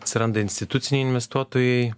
atsiranda instituciniai investuotojai